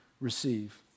receive